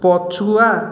ପଛୁଆ